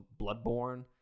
Bloodborne